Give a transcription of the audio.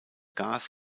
gas